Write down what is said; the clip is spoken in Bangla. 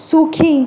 সুখী